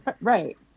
Right